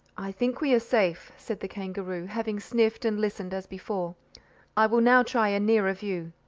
i think we are safe, said the kangaroo, having sniffed and listened as before i will now try a nearer view.